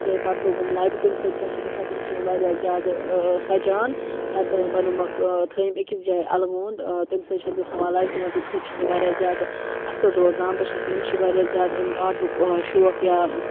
تہٕ پَتہٕ لوگُم لَبہِ تَمہِ سۭتۍ کیٛاہ چھِ گژھان تِم چھِ واریاہ زیادٕ سَجان پَتہٕ بنٲومَکھ تھٲیِم أکِس جایہِ اَلہٕ وُنٛد تَمہِ سۭتۍ چھَس بہٕ تھاوان لَبہِ تِمَن تَمہِ سۭتۍ چھِ تِم واریاہ زیادٕ اَصٕل روزان بہٕ چھَس مےٚ چھِ واریاہ زیادٕ اَمہِ آٹُک شوق یا